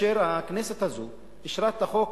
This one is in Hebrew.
כאשר הכנסת הזאת אישרה את החוק